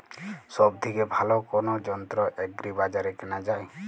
সব থেকে ভালো কোনো যন্ত্র এগ্রি বাজারে কেনা যায়?